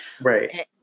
right